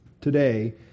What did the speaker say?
today